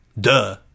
Duh